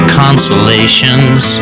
consolations